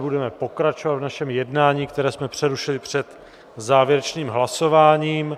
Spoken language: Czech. Budeme pokračovat v našem jednání, které jsme přerušili před závěrečným hlasováním.